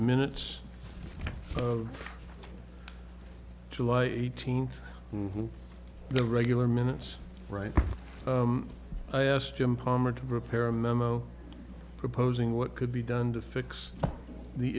minutes of july eighteenth and the regular minutes right i asked jim palmer to prepare a memo proposing what could be done to fix the